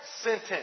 sentence